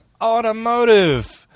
automotive